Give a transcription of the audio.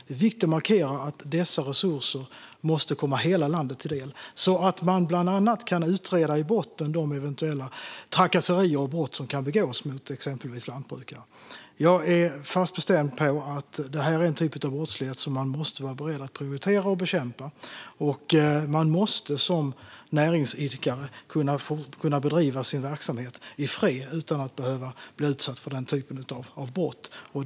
Det är viktigt att markera att dessa resurser måste komma hela landet till del så att man bland annat kan utreda och gå till botten med de eventuella trakasserier och brott som begås mot exempelvis lantbrukare. Jag är fast bestämd om att detta är en typ av brottslighet som vi måste vara beredda att prioritera och bekämpa. Som näringsidkare måste man kunna bedriva sin verksamhet i fred utan att behöva bli utsatt för den typen av brott.